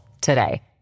today